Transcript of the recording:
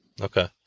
Okay